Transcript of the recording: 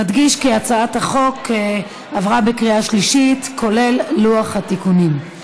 נדגיש כי הצעת החוק התקבלה בקריאה שלישית כולל לוח התיקונים.